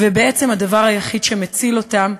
ובעצם הדבר היחיד שמציל אותם